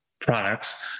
products